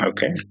Okay